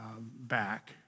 back